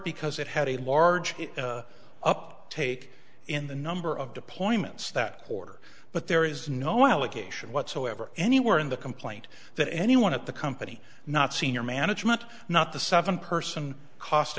because it had a large uptake in the number of deployments that quarter but there is no allegation whatsoever anywhere in the complaint that anyone at the company not senior management not the seven person cost